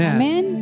amen